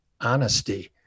honesty